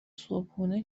صبحونه